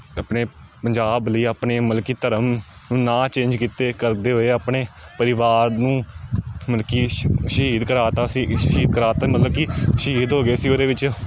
ਆਪਣੇ ਪੰਜਾਬ ਲਈ ਆਪਣੇ ਮਲ ਕਿ ਧਰਮ ਨਾ ਚੇਂਜ ਕੀਤੇ ਕਰਦੇ ਹੋਏ ਆਪਣੇ ਪਰਿਵਾਰ ਨੂੰ ਮਲ ਕਿ ਸ਼ਹੀਦ ਕਰਾਤਾ ਸੀ ਸ਼ਹੀਦ ਕਰਾਤਾ ਮਤਲਬ ਕਿ ਸ ਸ਼ਹੀਦ ਹੋ ਗਏ ਸੀ ਉਹਦੇ ਵਿੱਚ